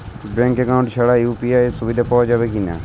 Bank account ছাড়া UPI সুবিধা পাওয়া যাবে কি না?